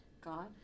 God